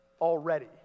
Already